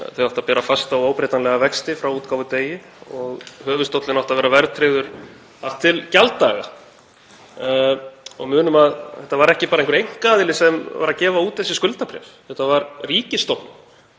áttu að bera fasta og óbreytanlega vexti frá útgáfudegi og höfuðstóllinn átti að vera verðtryggður allt til gjalddaga. Munum að þetta var ekki bara einhver einkaaðili sem var að gefa út þessi skuldabréf, þetta var ríkisstofnun.